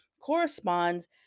corresponds